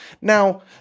Now